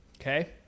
Okay